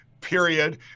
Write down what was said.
period